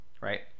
right